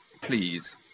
Please